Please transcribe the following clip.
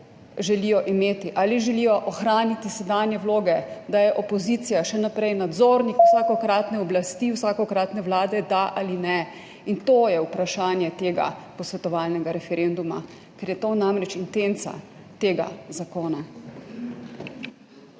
želijo imeti, ali želijo ohraniti sedanje vloge, da je opozicija še naprej nadzornik vsakokratne oblasti, vsakokratne vlade, da ali ne. In to je vprašanje tega posvetovalnega referenduma, ker je to namreč intenca tega zakona.